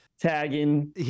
tagging